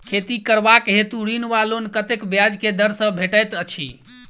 खेती करबाक हेतु ऋण वा लोन कतेक ब्याज केँ दर सँ भेटैत अछि?